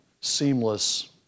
seamless